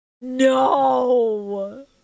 No